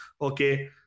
okay